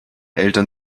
eltern